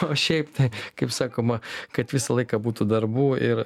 o šiaip tai kaip sakoma kad visą laiką būtų darbų ir